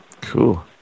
Cool